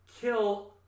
kill